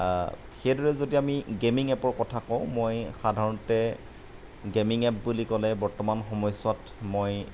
সেইদৰে যদি আমি গেমিং এপৰ কথা কওঁ মই সাধাৰণতে গেমিং এপ বুলি ক'লে বৰ্তমান সময়ছোৱাত মই